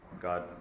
God